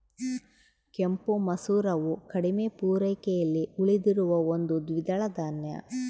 ಕೆಂಪು ಮಸೂರವು ಕಡಿಮೆ ಪೂರೈಕೆಯಲ್ಲಿ ಉಳಿದಿರುವ ಒಂದು ದ್ವಿದಳ ಧಾನ್ಯ